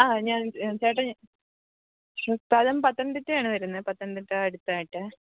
ആ ഞാൻ ചേട്ടാ ഞാൻ സ്ഥലം പത്തനംതിട്ടയാണ് വരുന്നത് പത്തനംതിട്ട അടുത്തായിട്ട്